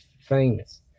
Famous